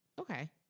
Okay